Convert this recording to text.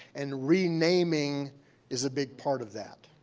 and renaming is a big part of that.